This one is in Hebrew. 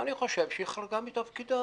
אני חושב שהיא חרגה מתפקידה.